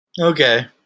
Okay